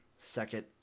second